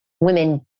Women